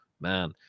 man